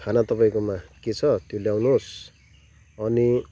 खाना तपाईँकोमा के छ त्यो ल्याउनुहोस् अनि